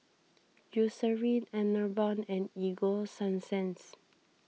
Eucerin Enervon and Ego Sunsense